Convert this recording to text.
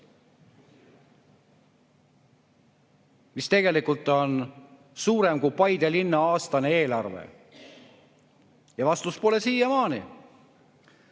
See on suurem kui Paide linna aastane eelarve. Ja vastust pole siiamaani.